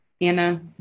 anna